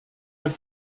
like